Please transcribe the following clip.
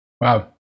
Wow